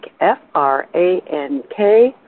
F-R-A-N-K